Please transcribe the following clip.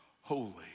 Holy